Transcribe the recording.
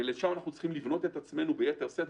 ולשם אנחנו צריכים לבנות את עצמנו ביתר שאת.